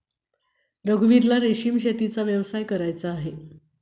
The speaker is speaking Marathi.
रघुवीरला रेशीम शेतीचा व्यवसाय करायचा आहे